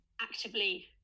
actively